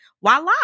voila